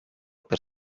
per